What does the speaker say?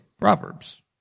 Proverbs